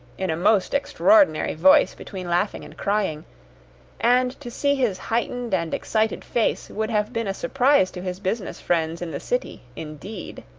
in a most extraordinary voice between laughing and crying and to see his heightened and excited face would have been a surprise to his business friends in the city, indeed.